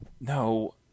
no